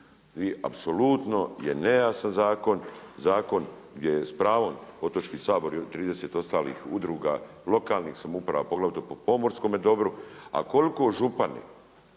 vi apsolutno je nejasan zakon, zakon gdje je s pravom Otočki sabor i 30 ostalih udruga lokalnih samouprava, poglavito po pomorskome dobro, a koliko župani